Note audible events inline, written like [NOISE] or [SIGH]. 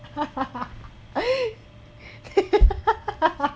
[LAUGHS]